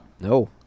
no